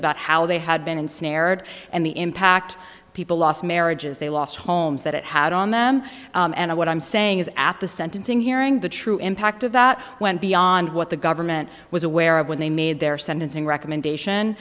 about how they had been ensnared and the impact people lost marriages they lost homes that it had on them and what i'm saying is at the sentencing hearing the true impact of that went beyond what the government was aware of when they made their sentencing recommendation